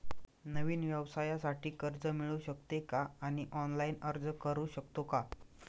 नवीन व्यवसायासाठी कर्ज मिळू शकते का आणि ऑनलाइन अर्ज करू शकतो का?